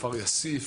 כפר יאסיף,